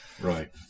Right